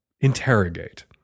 interrogate